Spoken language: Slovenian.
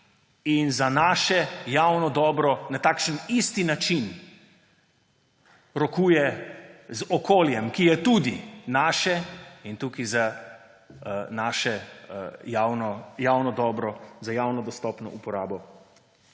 in za naše javno dobro, na isti način rokuje z okoljem, ki je tudi naše in tukaj za naše javno dobro, za javno dostopno uporabo